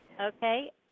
Okay